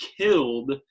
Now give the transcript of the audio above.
killed